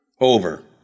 over